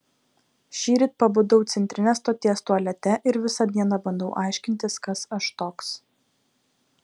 šįryt pabudau centrinės stoties tualete ir visą dieną bandau aiškintis kas aš toks